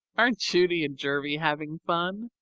aren't judy and jervie having fun?